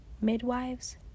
midwives